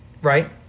right